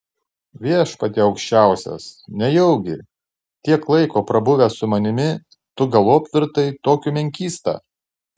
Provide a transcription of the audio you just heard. viešpatie aukščiausias nejaugi tiek laiko prabuvęs su manimi tu galop virtai tokiu menkysta